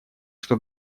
что